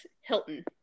Hilton